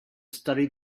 studied